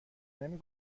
نمی